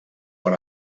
per